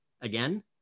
again